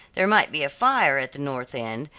there might be a fire at the north end,